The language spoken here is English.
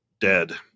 dead